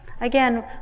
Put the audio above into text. Again